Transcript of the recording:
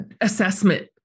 assessment